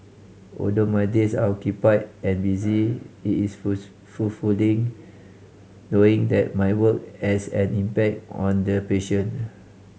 although my days are occupied and busy it is full's fulfilling knowing that my work as an impact on the patient